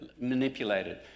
manipulated